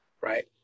right